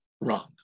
wrong